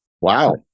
Wow